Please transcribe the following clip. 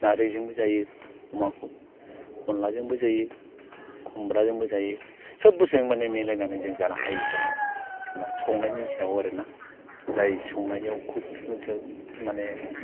नारजिजोंबो जायो अमाखौ अनलाजोंबो जायो खुमब्राजोंबो जायो सब बुस्तुजोंनो जों मिलायनानै जों जानो हायो थारमाने जेनेबा संनायनि सायाव आरोना जाय संनायनियाव खुब मथे माने